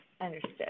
Understood